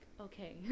okay